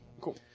Cool